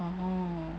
(uh huh)